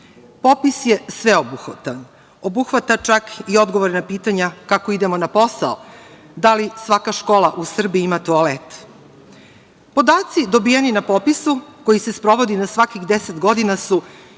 Popis je sveobuhvatan, obuhvata čak i odgovor na pitanja kako idemo na posao, da li svaka škola u Srbiji ima toalet. Podaci dobijeni na popisu koji se sprovodi na svakih deset godina su